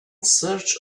search